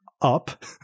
up